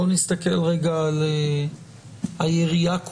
בואו נסתכל רגע על היריעה כולה,